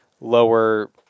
lower